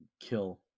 kill